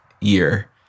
year